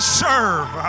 serve